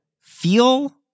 feel